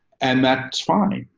and that's fine,